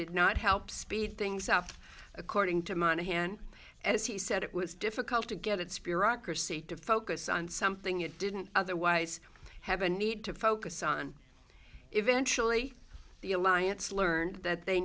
did not help speed things out according to monaghan as he said it was difficult to get its bureaucracy to focus on something it didn't otherwise have a need to focus on eventually the alliance learned that they